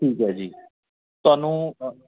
ਠੀਕ ਹੈ ਜੀ ਤੁਹਾਨੂੰ